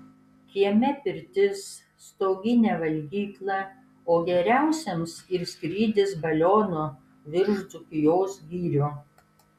kieme pirtis stoginė valgykla o geriausiems ir skrydis balionu virš dzūkijos girių